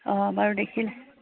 অ বাৰু দেখিলে